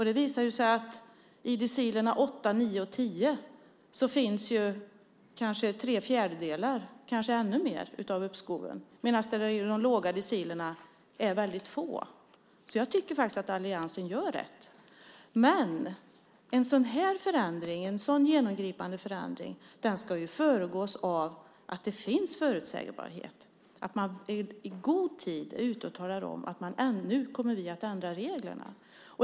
Det visar sig att i decilerna 8, 9 och 10 finns tre fjärdedelar och kanske ännu mer av uppskoven medan det i de låga decilerna är väldigt få. Jag tycker att alliansen gör rätt. Men en sådan genomgripande förändring ska föregås av att det finns förutsägbarhet. Man ska i god tid vara ute och tala om: Nu kommer vi att ändra reglerna.